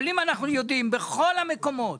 אבל אם אנחנו יודעים בכל המקומות